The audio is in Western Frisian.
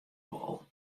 wol